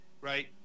right